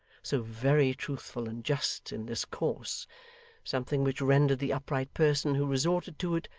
so very truthful and just in this course something which rendered the upright person who resorted to it,